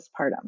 postpartum